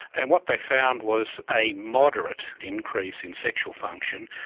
and what they found was a moderate increase in sexual function,